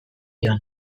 joan